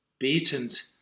betend